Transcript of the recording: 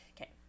okay